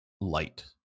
light